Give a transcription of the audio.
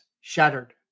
shattered